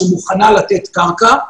שמוכנה לתת קרקע.